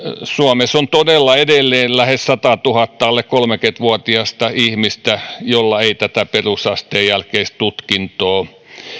suomessa on todella edelleen lähes sadalletuhannelle alle kolmekymmentä vuotiasta ihmistä joilla ei tätä perusasteen jälkeistä tutkintoa